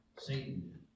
Satan